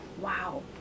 Wow